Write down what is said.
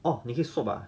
orh 你去 swap ah